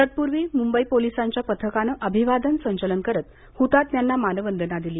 तत्पूर्वी मुंबई पोलिसांच्या पथकानं अभिवादन संचलन करत हुतात्म्यांना मानवंदना दिली